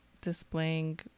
displaying